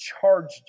charged